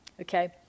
Okay